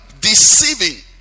deceiving